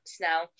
now